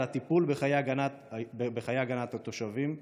לטיפול בהגנת התושבים ביישובים,